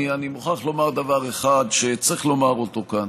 אני מוכרח לומר דבר אחד שצריך לומר אותו כאן.